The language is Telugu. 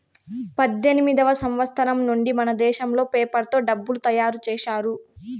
పద్దెనిమిదివ సంవచ్చరం నుండి మనదేశంలో పేపర్ తో డబ్బులు తయారు చేశారు